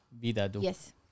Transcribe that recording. Yes